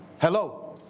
Hello